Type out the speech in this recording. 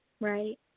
Right